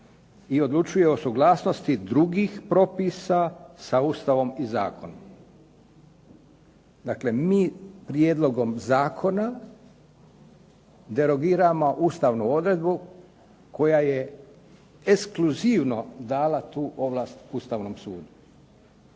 i odlučuje o suglasnosti drugih propisa sa Ustavom i zakonom. Dakle, mi prijedlogom zakona derogiramo ustavnu odredbu koja je ekskluzivno dala tu ovlast Ustavnom sudu.